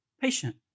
patient